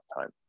time